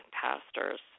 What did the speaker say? pastors